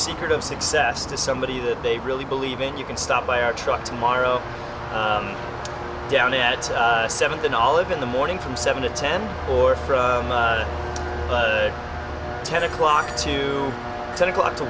secret of success to somebody that they really believe in you can stop by our truck tomorrow down at seven then all live in the morning from seven to ten or from ten o'clock to ten o'clock to